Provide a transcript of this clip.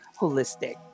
holistic